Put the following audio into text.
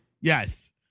Yes